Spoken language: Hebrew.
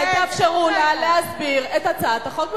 אבל תאפשרו לה להסביר את הצעת החוק.